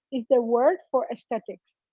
is the word for aesthetics.